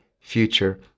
Future